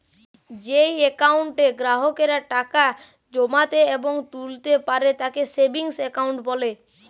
যেই একাউন্টে গ্রাহকেরা টাকা জমাতে এবং তুলতা পারে তাকে সেভিংস একাউন্ট বলে